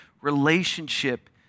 relationship